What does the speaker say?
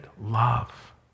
love